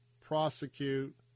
prosecute